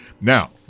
Now